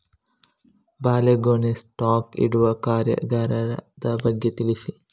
ಬಾಳೆಗೊನೆ ಸ್ಟಾಕ್ ಇಡುವ ಕಾರ್ಯಗಾರದ ಬಗ್ಗೆ ತಿಳಿಸಿ